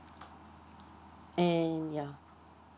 and yeah